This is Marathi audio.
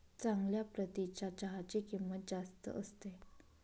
चांगल्या प्रतीच्या चहाची किंमत जास्त असते